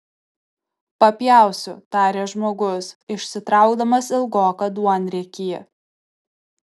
papjausiu tarė žmogus išsitraukdamas ilgoką duonriekį